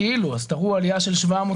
הכנסנו סעיף בחוק שאומר שיהיה סעיף תקציבי מיוחד